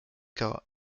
kara